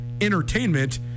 entertainment